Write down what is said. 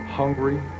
hungry